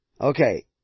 Okay